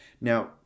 Now